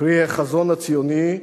פרי החזון הציוני,